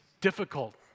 difficult